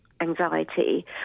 anxiety